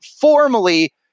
formally